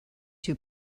two